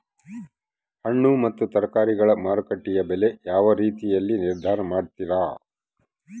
ಹಣ್ಣು ಮತ್ತು ತರಕಾರಿಗಳ ಮಾರುಕಟ್ಟೆಯ ಬೆಲೆ ಯಾವ ರೇತಿಯಾಗಿ ನಿರ್ಧಾರ ಮಾಡ್ತಿರಾ?